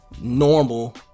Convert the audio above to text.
normal